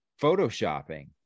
photoshopping